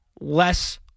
less